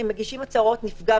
הם מגישים הצהרות נפגע,